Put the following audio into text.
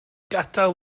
gadael